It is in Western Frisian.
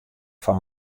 foar